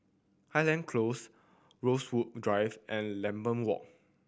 Highland Close Rosewood Drive and Lambeth Walk